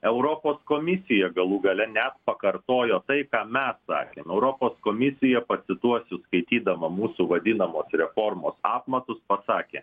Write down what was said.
europos komisija galų gale net pakartojo tai ką mes sakėm europos komisija pacituosiu skaitydama mūsų vadinamos reformos apmatus pasakė